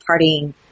partying